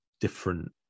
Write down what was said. different